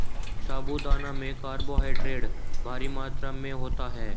साबूदाना में कार्बोहायड्रेट भारी मात्रा में होता है